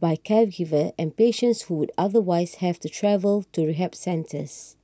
by caregivers and patients who would otherwise have to travel to rehab centres